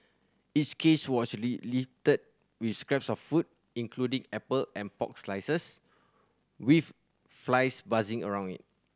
its cage was littered with scraps of food including apple and pork slices with flies buzzing around it